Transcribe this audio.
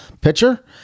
pitcher